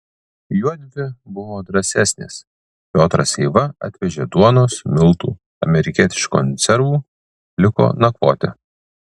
juodvi buvo drąsesnės piotras eiva atvežė duonos miltų amerikietiškų konservų liko nakvoti